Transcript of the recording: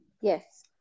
Yes